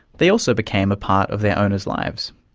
they also became a part of their owners' lives.